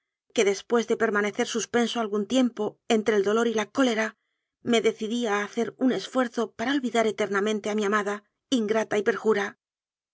que después de permanecer sus penso algún tiempo entre el dolor y la cólera me decidí a hacer un esfuerzo para olvidar eter namente a mi amada ingrata y perjura